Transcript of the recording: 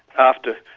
after,